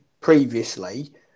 previously